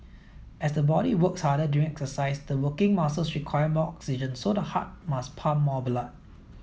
as the body works harder during exercise the working muscles require more oxygen so the heart must pump more blood